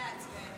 שם.